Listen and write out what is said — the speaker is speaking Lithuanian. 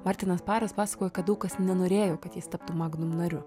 martinas paras pasakojo kad daug kas nenorėjo kad jis taptų magnum nariu